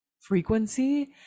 frequency